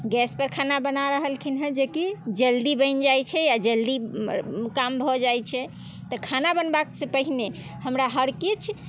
gas पर खाना बना रहलखिन हँ जेकि जल्दी बनि जाइत छै आ जल्दी काम भऽ जाइत छै तऽ खाना बनबासँ पहिने हमरा हर किछु